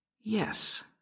Yes